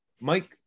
Mike